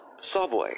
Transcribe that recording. Subway